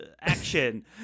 action